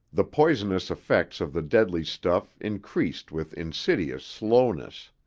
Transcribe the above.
the poisonous effects of the deadly stuff increased with insidious slowness.